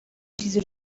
چیزی